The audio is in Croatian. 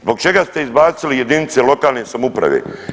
Zbog čega ste izbacili jedinice lokalne samouprave?